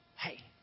hey